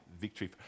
victory